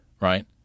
right